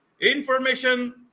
information